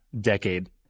decade